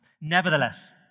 Nevertheless